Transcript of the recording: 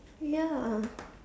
ya